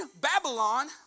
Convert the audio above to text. Babylon